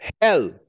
Hell